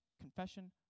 confession